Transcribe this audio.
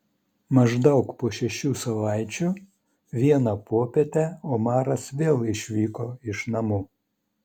maždaug po šešių savaičių vieną popietę omaras vėl išvyko iš namų